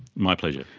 my pleasure.